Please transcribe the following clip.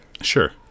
sure